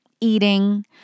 eating